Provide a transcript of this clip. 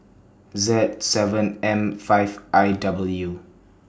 Z seven M five I W